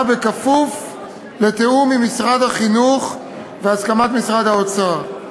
בכפוף לתיאום עם משרד החינוך והסכמת משרד האוצר.